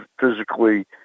physically